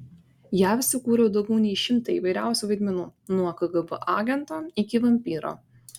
jav sukūriau daugiau nei šimtą įvairiausių vaidmenų nuo kgb agento iki vampyro